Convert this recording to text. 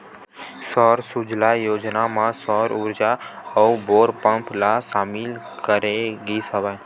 सौर सूजला योजना म सौर उरजा अउ बोर पंप ल सामिल करे गिस हवय